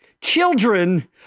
children